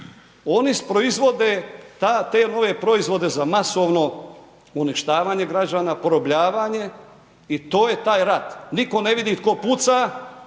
oni proizvode te nove proizvode za masovno uništavanje građana, porobljavanje i to je taj rat, nitko ne vidi tko puca,